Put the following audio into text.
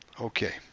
Okay